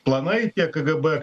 planai tie kgb